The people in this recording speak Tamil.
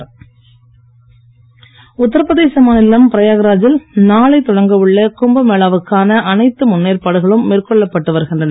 கும்பமேளா உத்தரபிரதேச மாநிலம் பிரயாக்ராஜில் நாளை தொடங்க உள்ள கும்பமேளாவுக்கான அனைத்து முன்னேற்பாடுகளும் மேற்கொள்ளப்பட்டு வருகின்றன